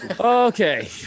Okay